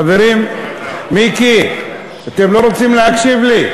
חברים, מיקי, אתם לא רוצים להקשיב לי?